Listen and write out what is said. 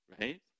right